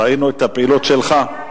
ראינו את הפעילות שלך,